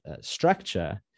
structure